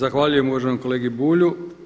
Zahvaljujem uvaženom kolegi Bulju.